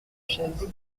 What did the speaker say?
chaise